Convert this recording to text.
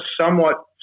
somewhat